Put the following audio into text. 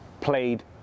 played